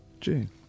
June